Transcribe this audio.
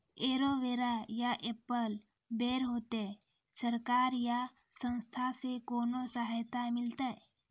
Aloe vera या apple बैर होते? सरकार या संस्था से कोनो सहायता मिलते?